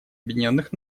объединенных